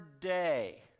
day